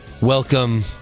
Welcome